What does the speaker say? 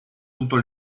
tutto